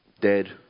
dead